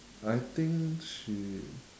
I think she